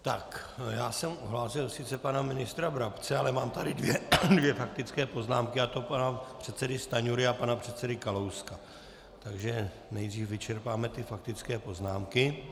Tak, já jsem sice ohlásil pana ministra Brabce, ale mám tady dvě faktické poznámky, a to pana předsedy Stanjury a pana předsedy Kalouska, takže nejdřív vyčerpáme ty faktické poznámky.